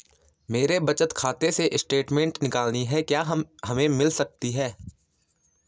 मेरे बचत खाते से स्टेटमेंट निकालनी है क्या हमें मिल सकती है?